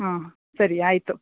ಹಾಂ ಸರಿ ಆಯಿತು